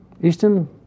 Easton